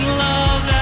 love